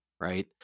Right